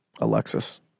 Alexis